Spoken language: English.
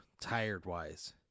tired-wise